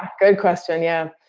good question. yeah.